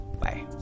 Bye